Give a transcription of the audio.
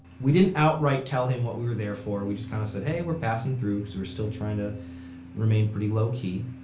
we didn't outright tell him what we were there for, we just kind of said hey we're passing through because we were still trying to remain pretty low-key.